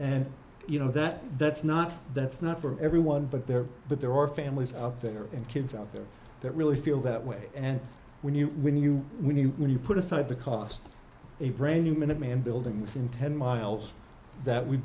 and you know that that's not that's not for everyone but there but there are families out there and kids out there that really feel that way and when you when you when you when you put aside the cost a brain the minute man building within ten miles that we've